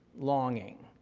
longing.